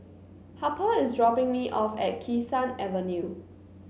Harper is dropping me off at Kee Sun Avenue